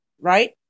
right